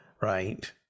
right